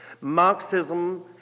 Marxism